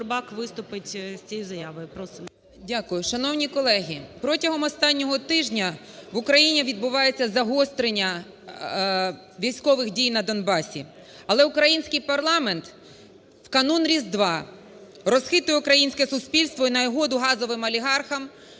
Дякую. Шановні колеги, протягом останнього тижня в Україні відбувається загострення військових дій на Донбасі, але український парламент в канун Різдва розхитує українське суспільство і на угоду газовим олігархам